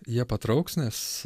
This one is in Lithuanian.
jie patrauks nes